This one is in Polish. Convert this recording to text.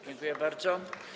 Dziękuję bardzo.